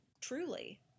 truly